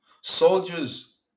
Soldiers